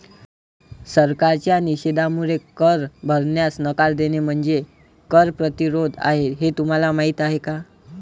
सरकारच्या निषेधामुळे कर भरण्यास नकार देणे म्हणजे कर प्रतिरोध आहे हे तुम्हाला माहीत आहे का